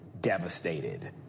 devastated